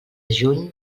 juny